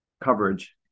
coverage